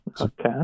Okay